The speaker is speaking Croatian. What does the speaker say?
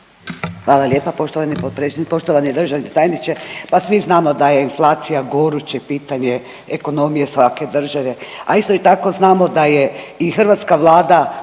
Hvala lijepa poštovani potpredsjedniče. Poštovani državni tajniče, pa svi znamo da je inflacija goruće pitanje ekonomije svake države, a isto tako znamo da je i hrvatska Vlada